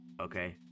okay